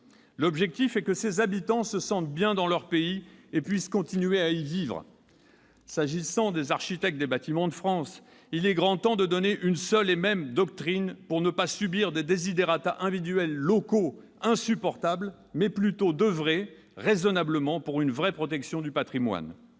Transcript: L'objectif est que ses habitants se sentent bien dans leur pays et puissent continuer à y vivre. S'agissant des architectes des Bâtiments de France, il est grand temps de donner une seule et même doctrine pour ne pas subir des desiderata individuels locaux insupportables et plutôt d'oeuvrer raisonnablement à une vraie protection du patrimoine.